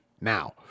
Now